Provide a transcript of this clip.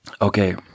Okay